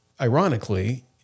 ironically